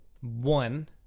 one